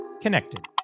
connected